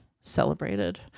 celebrated